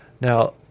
Now